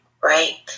right